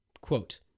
Quote